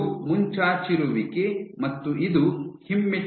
ಇದು ಮುಂಚಾಚಿರುವಿಕೆ ಮತ್ತು ಇದು ಹಿಮ್ಮೆಟ್ಟುವಿಕೆಯ ಹರಿವು